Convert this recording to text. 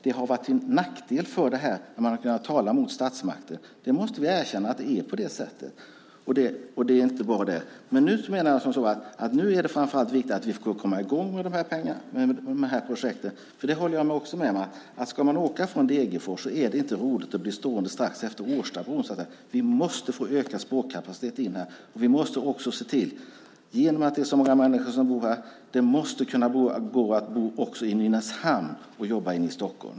Det har varit till nackdel för det här när man har kunnat tala mot statsmakten. Vi måste erkänna att det är på det sättet, och det är inte bra. Nu menar jag att det framför allt är viktigt att komma i gång med de här projekten. Jag håller också med om att om man ska åka från Degerfors är det inte roligt att bli stående strax efter Årstabron. Vi måste få ökad spårkapacitet in här. Vi måste också se till, genom att det är så många människor som bor här, att det måste kunna gå att bo också i Nynäshamn och jobba inne i Stockholm.